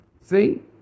see